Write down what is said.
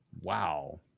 Wow